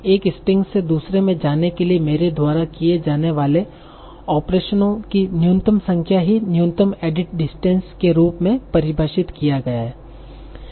एक स्ट्रिंग से दूसरे में जाने के लिए मेरे द्वारा किए जाने वाले ऑपरेशनों की न्यूनतम संख्या ही न्यूनतम एडिट डिस्टेंस के रूप में परिभाषित किया गया है